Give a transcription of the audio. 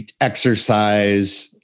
exercise